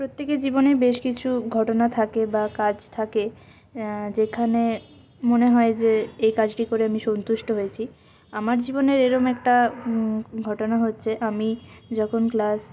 প্রত্যেকের জীবনে বেশ কিছু ঘটনা থাকে বা কাজ থাকে যেখানে মনে হয় যে এই কাজটি করে আমি সন্তুষ্ট হয়েছি আমার জীবনের এরকম একটা ঘটনা হচ্ছে আমি যখন ক্লাস